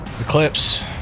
Eclipse